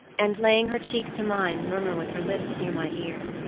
and laying her cheek to mine, murmur with her lips near my ear,